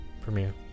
premiere